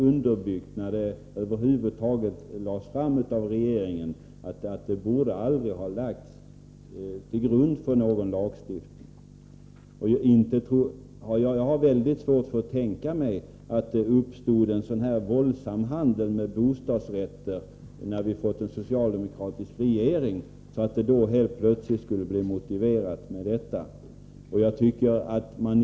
Regeringsförslaget var så dåligt och så illa underbyggt att det inte borde få ligga till grund för någon lagstiftning. Jag har väldigt svårt att tänka mig att handeln med bostadsrätter skulle ha ökat i en sådan utsträckning sedan vi fått en socialdemokratisk regering att det skulle motivera agerandet i detta avseende.